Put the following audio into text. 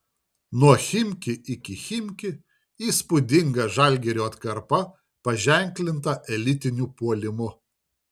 nuo chimki iki chimki įspūdinga žalgirio atkarpa paženklinta elitiniu puolimu